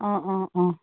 অ অ অ